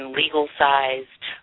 legal-sized